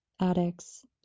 addicts